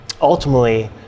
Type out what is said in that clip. ultimately